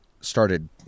started